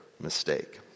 mistake